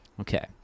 Okay